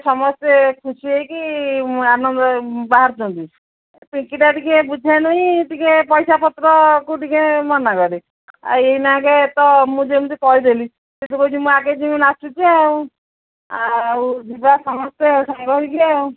ସମସ୍ତେ ଖୁସି ହୋଇକି ଆନନ୍ଦ ବାହାରୁଚନ୍ତି ପଙ୍କିଟା ଟିକେ ବୁଝେ ନେଇଁ ଟିକେ ପଇସାପତ୍ରକୁ ଟିକେ ମନା କରେ ଆଉ ଏଇନାଗେ ତ ମୁଁ ଯେମିତି କହିଦେଲି ସେ ତ କହୁଚି ମୁଁ ଆଗେ ଯିମି ନାଚୁଛି ଆଉ ଆଉ ଯିବା ସମସ୍ତେ ସାଙ୍ଗ ହୋଇକି ଆଉ